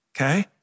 okay